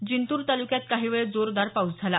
जिंतूर तालुक्यात काही वेळ जोरदार पाऊस झाला